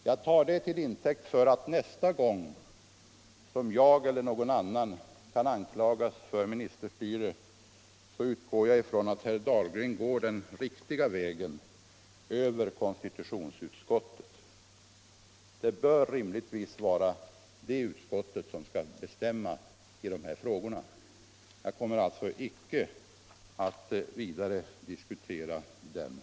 Jag utgår från att herr Dahlgren, nästa gång som jag eller någon annan kan anklagas för ministerstyre, använder den riktiga vägen över konstitutionsutskottet. Det bör rimligtvis vara det utskottet som skall bestämma i en sådan här fråga. Jag kommer alltså icke att vidare diskutera den.